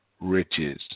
riches